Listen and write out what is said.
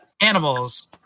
animals